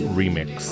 remix